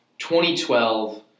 2012